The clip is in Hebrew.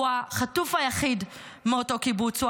הוא החטוף היחיד מאותו קיבוץ.